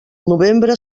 novembre